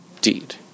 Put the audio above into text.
deed